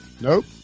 Nope